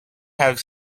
have